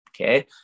Okay